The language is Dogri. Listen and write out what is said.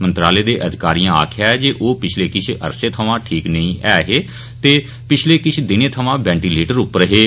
मंत्रालय दे अधिकारिए आक्खेया ऐ जे ओह पिच्छले किश अरसें थमां ठीक नेईं एह हे ते पिच्छले किश दिनें थमां वैंटीलेटर पर हे